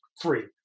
free